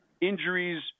injuries